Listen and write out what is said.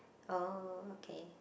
oh okay